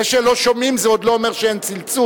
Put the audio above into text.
זה שלא שומעים זה עוד לא אומר שאין צלצול.